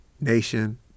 nation